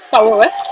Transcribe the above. start work where